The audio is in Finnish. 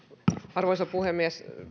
arvoisa puhemies